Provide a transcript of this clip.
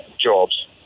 jobs